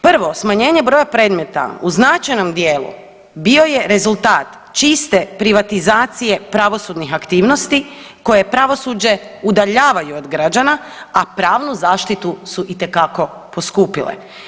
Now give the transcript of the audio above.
Prvo, smanjenje broja predmeta u značajnom dijelu bio je rezultat čiste privatizacije pravosudnih aktivnosti koje pravosuđe udaljavaju od građana, a pravnu zaštitu su itekako poskupile.